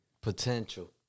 Potential